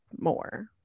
more